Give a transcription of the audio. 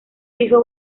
hijo